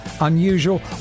unusual